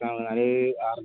exam